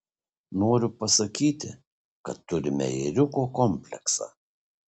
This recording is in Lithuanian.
noriu pasakyti kad turime ėriuko kompleksą